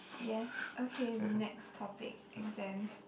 yes okay the next topic exams